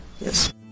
yes